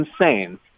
insane